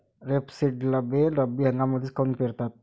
रेपसीडले रब्बी हंगामामंदीच काऊन पेरतात?